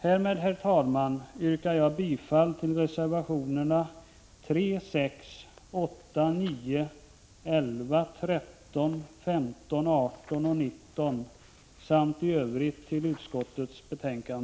Härmed, herr talman, yrkar jag bifall till reservationerna 3, 6, 8, 9, 11, 13, 15, 18 och 19 samt i övrigt till utskottets hemställan.